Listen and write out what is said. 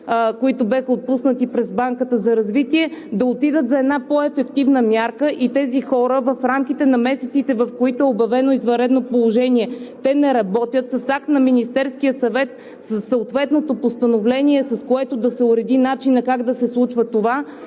които бяха отпуснати през Банката за развитие, трябва да отиде за една по ефективна мярка и тези хора в рамките на месеците, в които е обявено извънредно положение, не работят и с акт на Министерския съвет, със съответното Постановление е необходимо да се уреди начинът как да се случва тази